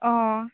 ᱚ